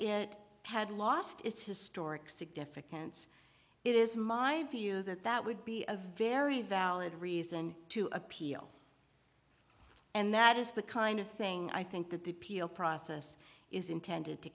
it had lost its historic significance it is my view that that would be a very valid reason to appeal and that is the kind of thing i think that the peel process is intended to